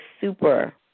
super